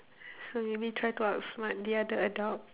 so you need try to outsmart the other adult